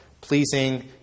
pleasing